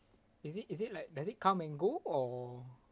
is it is it like does in come and go or